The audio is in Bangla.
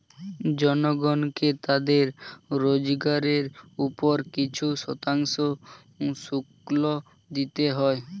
জনগণকে তাদের রোজগারের উপর কিছু শতাংশ শুল্ক দিতে হয়